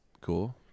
cool